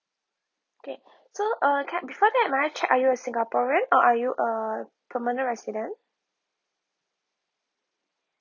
okay so uh can I before that may I check are you a singaporean or are you a permanent resident